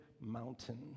mountain